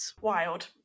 Wild